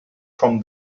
from